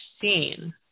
seen